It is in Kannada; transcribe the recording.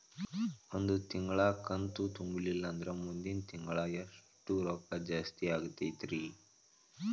ಒಂದು ತಿಂಗಳಾ ಕಂತು ತುಂಬಲಿಲ್ಲಂದ್ರ ಮುಂದಿನ ತಿಂಗಳಾ ಎಷ್ಟ ರೊಕ್ಕ ಜಾಸ್ತಿ ಆಗತೈತ್ರಿ?